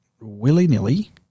willy-nilly